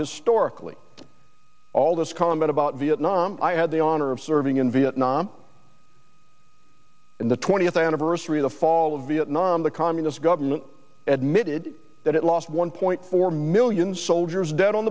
historically all this combat about vietnam i had the honor of serving in vietnam in the twentieth anniversary of the fall of vietnam the communist government admitted that it lost one point four million soldiers dead on